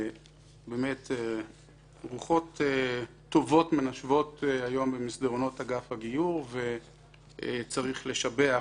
באמת רוחות טובות מנשבות היום במסדרונות אגף הגיור וצריך לשבח